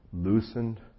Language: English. loosened